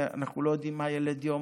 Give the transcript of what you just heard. ואנחנו לא יודעים מה ילד יום